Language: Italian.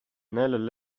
nel